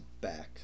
back